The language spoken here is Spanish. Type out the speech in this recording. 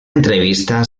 entrevista